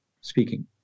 speaking